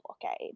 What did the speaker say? blockade